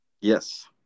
Yes